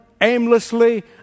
aimlessly